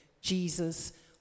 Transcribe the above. Jesus